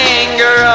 anger